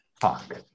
talk